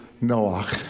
Noah